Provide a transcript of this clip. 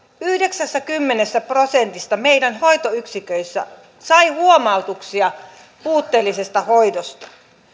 yhdeksänkymmentä prosenttia meidän hoitoyksiköistä sai huomautuksia puutteellisesta hoidosta